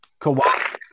Kawhi